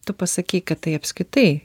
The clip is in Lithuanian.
tu pasakei kad tai apskritai